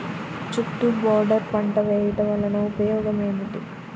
చుట్టూ బోర్డర్ పంట వేయుట వలన ఉపయోగం ఏమిటి?